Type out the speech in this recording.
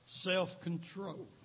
self-control